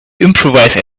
improvise